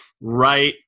right